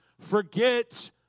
forget